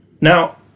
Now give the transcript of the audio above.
Now